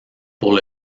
pour